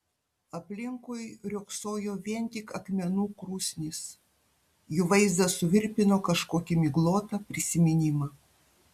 aplinkui riogsojo vien tik akmenų krūsnys jų vaizdas suvirpino kažkokį miglotą prisiminimą